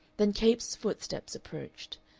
then capes' footsteps approached.